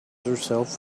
herself